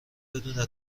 بدون